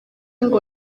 ngo